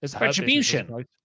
Retribution